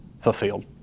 fulfilled